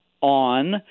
on